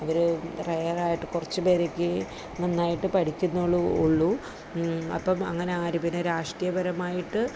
അവർ റേറായിട്ട് കുറച്ച് പേരൊക്കേ നന്നായിട്ട് പഠിക്കുന്നുള്ളു ഉള്ളു അപ്പം അങ്ങനെ ആര് പിന്നെ രാഷ്ട്രീയപരമായിട്ട്